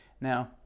Now